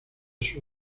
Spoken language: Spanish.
sus